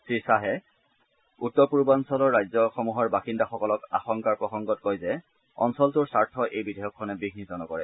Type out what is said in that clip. শ্ৰীয়াহে উত্তৰ পূৰ্বাঞ্চল ৰাজ্যসমূহৰ বাসিন্দাসকলক আশংকাৰ প্ৰসংগত কয় যে অঞ্চলটোৰ স্বাৰ্থ এই বিধেয়কখনে বিঘ্নিত নকৰে